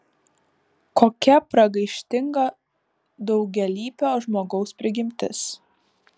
kokia pragaištinga daugialypio žmogaus prigimtis